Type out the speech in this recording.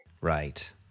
Right